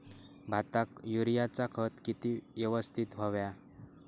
भाताक युरियाचा खत किती यवस्तित हव्या?